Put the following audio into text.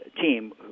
team